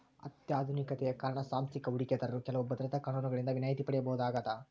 ಅತ್ಯಾಧುನಿಕತೆಯ ಕಾರಣ ಸಾಂಸ್ಥಿಕ ಹೂಡಿಕೆದಾರರು ಕೆಲವು ಭದ್ರತಾ ಕಾನೂನುಗಳಿಂದ ವಿನಾಯಿತಿ ಪಡೆಯಬಹುದಾಗದ